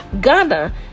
Ghana